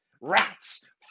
Rats